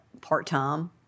part-time